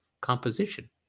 composition